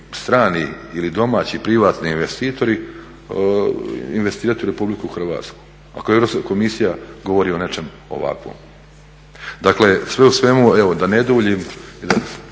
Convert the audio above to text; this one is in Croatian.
strani ili domaći privatni investitori investirati u RH ako Europska komisija govori o nečem ovakvom? Dakle, sve u svemu, da ne duljim